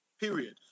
Period